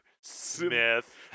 Smith